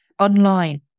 Online